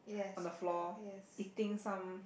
on the floor eating some